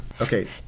Okay